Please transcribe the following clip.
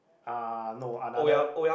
uh no another